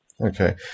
Okay